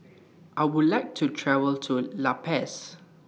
I Would like to travel to La Paz